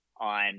on